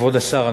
כבוד השר,